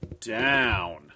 down